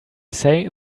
say